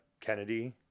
Kennedy